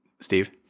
Steve